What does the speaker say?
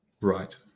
Right